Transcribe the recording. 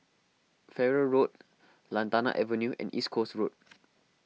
Farrer Road Lantana Avenue and East Coast Road